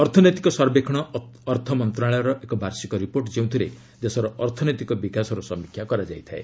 ଅର୍ଥନୈତିକ ସର୍ବେକ୍ଷଣ ଅର୍ଥମନ୍ତ୍ରଣାଳୟର ଏକ ବାର୍ଷିକ ରିପୋର୍ଟ ଯେଉଁଥିରେ ଦେଶର ଅର୍ଥନୈତିକ ବିକାଶର ସମୀକ୍ଷା କରାଯାଇଥାଏ